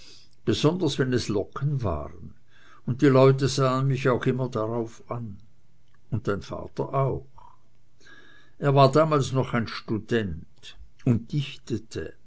besonders wenn es locken waren und die leute sahen mich auch immer darauf an und dein vater auch er war damals noch ein student und dichtete